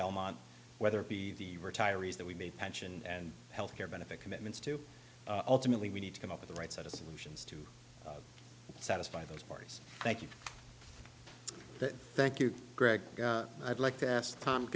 belmont whether it be the retirees that we may pension and health care benefit commitments to ultimately we need to come up with the right set of solutions to satisfy those parties thank you for that thank you greg i'd like to ask tom